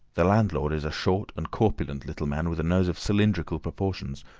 the landlord is a short and corpulent little man with a nose of cylindrical proportions,